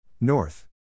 North